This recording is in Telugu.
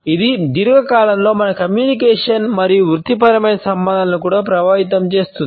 ఇది దీర్ఘకాలంలో మన కమ్యూనికేషన్ మరియు వృత్తిపరమైన సంబంధాలను కూడా ప్రభావితం చేస్తుంది